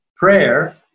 Prayer